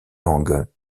langues